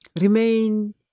remain